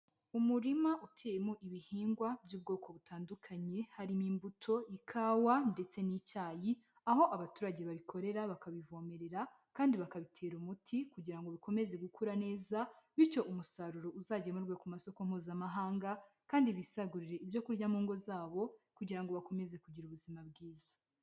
Umurima uteyemo ibihingwa by'ubwoko butandukanye, harimo imbuto, ikawa ndetse n'icyayi, aho abaturage babikorera, bakabivomerera kandi bakabitera umuti kugira ngo bikomeze gukura neza bityo umusaruro uzagemurwe ku masoko mpuzamahanga kandi bisagurire ibyo kurya mu ngo zabo kugira ngo bakomeze kugira ubuzima bwiza.